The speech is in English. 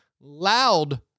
loud